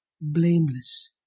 blameless